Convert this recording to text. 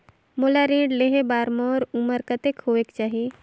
मोला ऋण लेहे बार मोर उमर कतेक होवेक चाही?